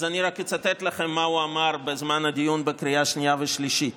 אז אני רק אצטט לכם מה הוא אמר בזמן הדיון בקריאה שנייה ושלישית.